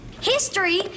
History